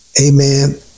Amen